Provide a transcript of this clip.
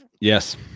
Yes